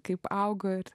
kaip auga ir